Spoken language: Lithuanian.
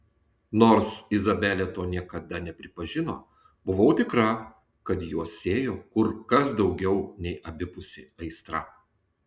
nors izabelė to niekada nepripažino buvau tikra kad juos siejo kur kas daugiau nei abipusė aistra